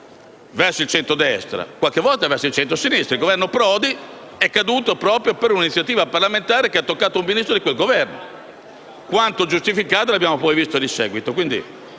Il Governo Prodi è appunto caduto proprio per un'iniziativa parlamentare che ha toccato un Ministro di quel Governo: quanto fosse giustificata lo abbiamo visto in seguito.